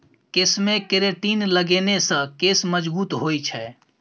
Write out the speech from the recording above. केशमे केरेटिन लगेने सँ केश मजगूत होए छै